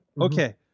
okay